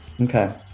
Okay